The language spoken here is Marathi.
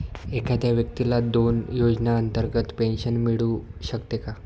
एखाद्या व्यक्तीला दोन योजनांतर्गत पेन्शन मिळू शकते का?